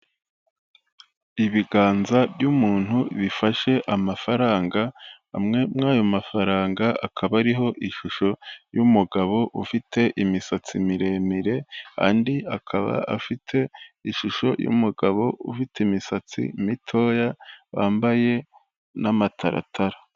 Ibiganza by'umuntu bifashe amafaranga amwe mw'ayo mafaranga akaba ariho ishusho y'umugabo ufite imisatsi miremire andi akaba afite ishusho y'umugabo ufite imisatsi mitoya wambaye n'amataratara.